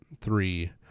three